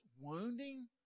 wounding